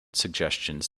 suggestions